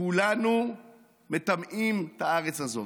כולנו מטמאים את הארץ הזאת,